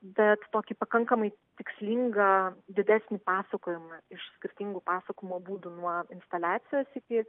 bet tokį pakankamai tikslingą didesnį pasakojimą iš skirtingų pasakojimo būdų nuo instaliacijos iki